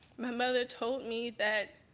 my mother told me that